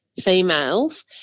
females